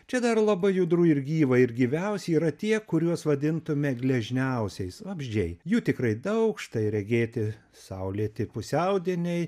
čia dar labai judru ir gyva ir gyviausi yra tie kuriuos vadintume gležniausiais vabzdžiai jų tikrai daug štai regėti saulėti pusiaudieniai